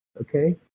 Okay